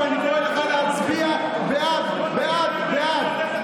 וחרפה, ואני קורא לך להצביע בעד, בעד, בעד.